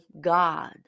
God